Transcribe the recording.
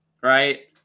right